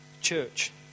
Church